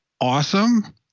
awesome